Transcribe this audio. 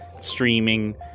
streaming